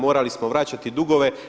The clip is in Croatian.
Morali smo vraćati dugove.